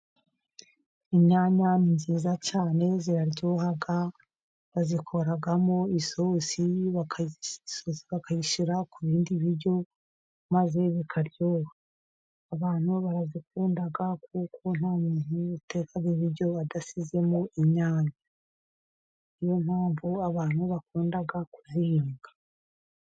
Inyanya nziza cyane ziraryoha, bazikoramo isosi bakayishyira ku bindi biryo, maze bikaryoha. Abantu barazikunda, kuko nta muntu uteka ibiryo badashyizemo inyanya. Niyo mpamvu abantu bakunda kuzihinga.